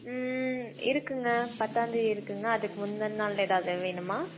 ம் இருக்குதுங்க பத்தாம் தேதி இருக்குதுங்க அதுக்கு முந்தின நாள் ஏதாவது வேணுமா